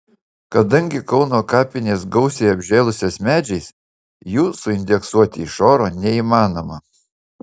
kadangi kauno kapinės gausiai apžėlusios medžiais jų suindeksuoti iš oro neįmanoma